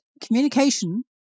communication